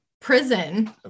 prison